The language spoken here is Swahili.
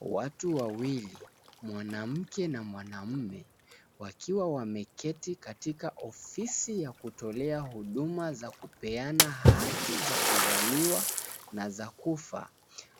Watu wawili, mwanamke na mwanaume, wakiwa wameketi katika ofisi ya kutolea huduma za kupeana hati za kuzaliwa na za kufa,